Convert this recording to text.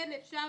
אפשר